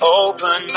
open